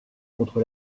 contre